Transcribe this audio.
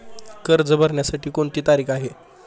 कर्ज भरण्याची कोणती तारीख आहे?